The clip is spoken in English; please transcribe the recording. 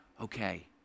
okay